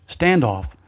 standoff